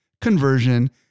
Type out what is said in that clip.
conversion